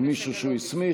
או מישהו שהוא הסמיך.